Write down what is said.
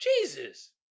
Jesus